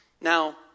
Now